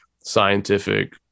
scientific